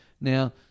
Now